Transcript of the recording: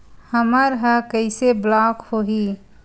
हमर ह कइसे ब्लॉक होही?